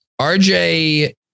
RJ